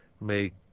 make